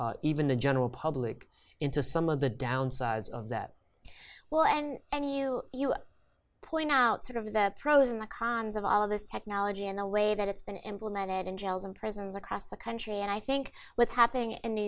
even the general public into some of the downsides of that well and any you you point out sort of the pros and cons of all of this technology in a way that it's been implemented in jails and prisons across the country and i think what's happening in new